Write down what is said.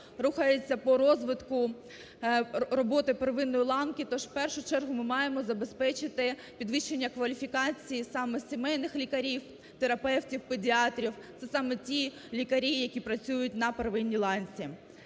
рухається по розвитку роботи первинної ланки, тож в першу чергу ми маємо забезпечити підвищення кваліфікації саме сімейних лікарів, терапевтів, педіатрів. Це саме ті лікарі, які працюють на первинній ланці.